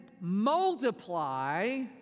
multiply